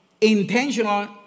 intentional